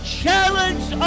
challenge